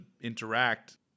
interact